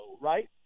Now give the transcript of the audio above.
right